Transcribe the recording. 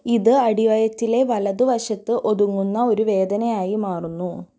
ഇത് അടിവയറ്റിലെ വലതു വശത്തു ഒതുങ്ങുന്ന ഒരു വേദനയായി മാറുന്നു